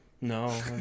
no